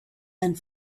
and